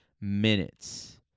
minutes